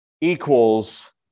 equals